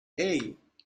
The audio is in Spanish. hey